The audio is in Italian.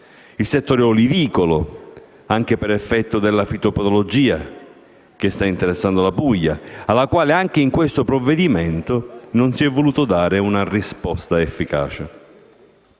il settore olivicolo, anche per effetto della fitopatologia che sta interessando la Puglia, alla quale, anche in questo provvedimento, non si è voluto dare una risposta efficace.